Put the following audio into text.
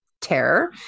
terror